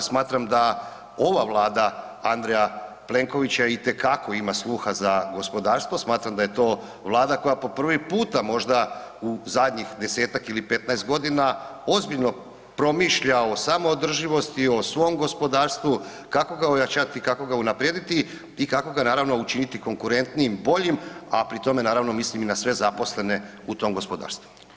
Smatram da ova Vlada Andreja Plenkovića itekako ima sluha za gospodarstvo, smatram da je to Vlada koja po prvi puta možda u zadnjih 10-tak ili 15 godina ozbiljno promišlja o samoodrživosti, o svom gospodarstvu kako ga ojačati, kako ga unaprijediti i kako ga naravno učiniti konkurentim i boljim, a pri tome naravno mislim i na sve zaposlene u tom gospodarstvu.